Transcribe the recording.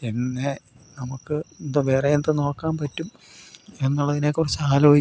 എന്നേ നമുക്ക് ഇത് വേറെ എന്ത് നോക്കാൻ പറ്റും എന്നുള്ളതിനെ കുറിച്ചു ആലോചിക്കുന്നുണ്ട്